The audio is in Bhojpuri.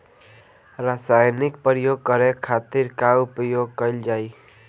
रसायनिक प्रयोग करे खातिर का उपयोग कईल जाइ?